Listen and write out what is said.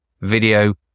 video